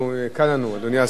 הקלת עלינו את העבודה,